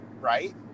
right